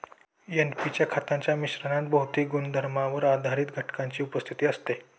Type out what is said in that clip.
NP च्या खतांच्या मिश्रणात भौतिक गुणधर्मांवर आधारित घटकांची उपस्थिती असते